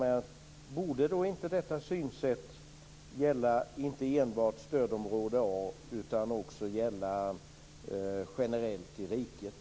Borde inte detta synsätt gälla inte enbart stödområde A utan också gälla generellt i riket?